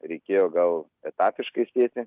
reikėjo gal etatiškai sėti